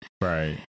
Right